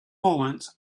moment